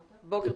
בוקר טוב, אדוני.